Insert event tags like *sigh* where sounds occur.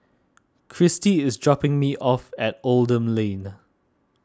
Kristy is dropping me off at Oldham Lane *unintelligible*